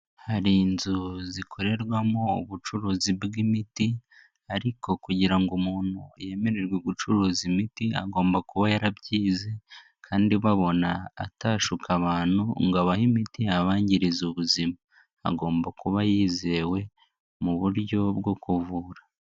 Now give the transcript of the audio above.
Hari inzu zikorerwamo ubucuruzi bw'imiti, ariko kugira ngo umuntu yemererwe gucuruza imiti agomba kuba yarabyize, kandi babona atashuka abantu, ngo abahe imiti yabangiriza ubuzima. Agomba kuba yizewe, mu buryo bwo kuvura.